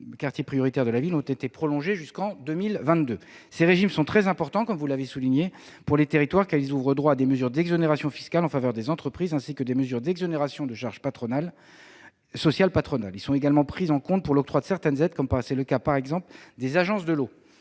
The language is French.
la politique de la ville, ont été prolongés jusqu'en 2022. Vous l'avez souligné, ces régimes sont très importants pour les territoires, car ils ouvrent droit à des mesures d'exonérations fiscales en faveur des entreprises ainsi que des mesures d'exonérations de charges sociales patronales. Ils sont également pris en compte pour l'octroi de certaines aides, comme c'est le cas concernant les agences de l'eau.